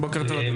בוקר טוב.